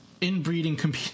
inbreeding